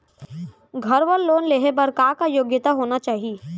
घर बर लोन लेहे बर का का योग्यता होना चाही?